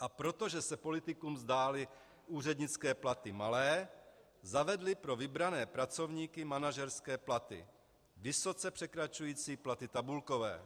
A protože se politikům zdály úřednické platy malé, zavedli pro vybrané pracovníky manažerské platy vysoce překračující platy tabulkové.